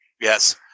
Yes